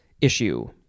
issue